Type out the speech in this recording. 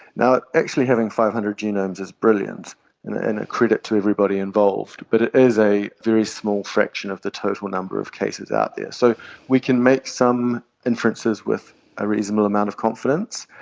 actually having five hundred genomes is brilliant and a credit to everybody involved, but it is a very small fraction of the total number of cases out there. so we can make some inferences with a reasonable amount of confidence.